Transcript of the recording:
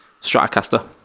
Stratocaster